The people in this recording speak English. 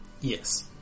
Yes